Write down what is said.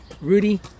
Rudy